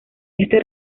este